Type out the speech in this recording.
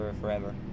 forever